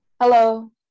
Hello